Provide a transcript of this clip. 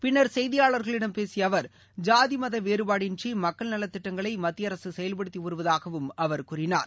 பின்னர் செய்தியாளர்களிடம் பேசிய அவர் சாதி மத வேறுபாடின்றி மக்கள் நலத் திட்டங்களை மத்திய அரசு செயல்படுத்தி வருவதாகவும் அவர் கூறினார்